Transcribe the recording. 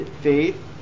faith